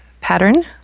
pattern